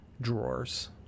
drawers